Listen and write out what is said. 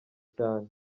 cyane